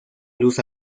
luz